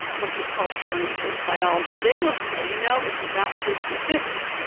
which is culture, and which is biology, they will say, you know it's about fifty fifty.